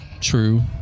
true